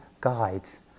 guides